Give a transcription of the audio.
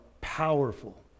powerful